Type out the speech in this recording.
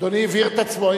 אדוני הבהיר את עצמו,